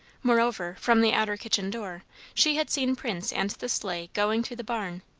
moreover, from the outer kitchen door she had seen prince and the sleigh going to the barn,